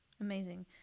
Amazing